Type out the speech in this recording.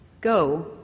Go